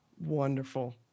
Wonderful